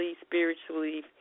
spiritually